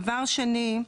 דבר שני,